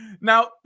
Now